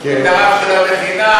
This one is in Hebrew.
את הרב של המכינה.